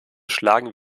schlagen